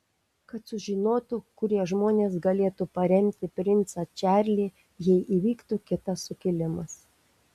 kad sužinotų kurie žmonės galėtų paremti princą čarlį jei įvyktų kitas sukilimas